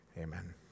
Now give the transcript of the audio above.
Amen